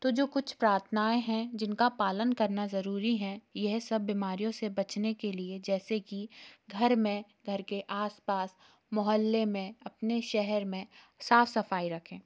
तो जो कुछ प्राथनाऍं हैं जिनका पालन करना ज़रूरी हैं यह सब बीमारियों से बचने के लिए जैसे कि घर में घर के आस पास मोहल्ले में अपने शहर में साफ़ सफ़ाई रखें